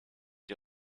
die